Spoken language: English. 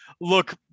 look